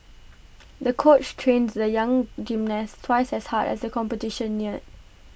the coach trained the young gymnast twice as hard as the competition neared